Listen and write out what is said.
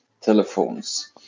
telephones